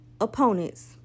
opponents